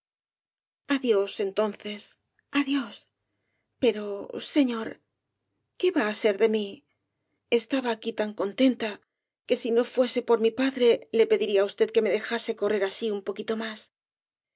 adiós entonces adiós pero señor qué va á rosalía de castro ser de mí estaba aquí tan contenta que si no fuese por mi padre le pediría á usted que me dejase correr así un poquito más